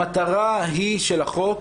המטרה של החוק,